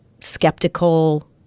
skeptical